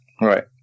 right